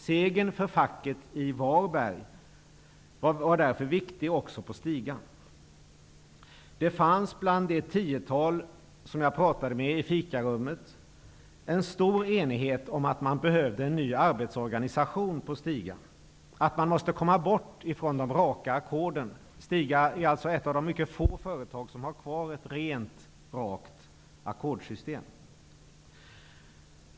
Segern för facket i Varberg var därför viktig också för Stiga. Det fanns bland det tiotal anställda som jag pratade med i fikarummet en stor enighet om att man behöver en ny arbetsorganisation på Stiga och att man måste komma bort från de raka ackorden. Stiga är alltså ett av de mycket få företag som har kvar ett rent ackordssystem.